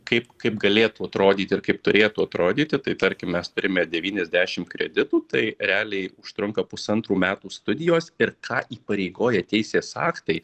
kaip kaip galėtų atrodyti ir kaip turėtų atrodyti tai tarkim mes turime devyniasdešim kreditų tai realiai užtrunka pusantrų metų studijos ir ką įpareigoja teisės aktai